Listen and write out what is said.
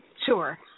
sure